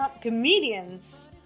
comedians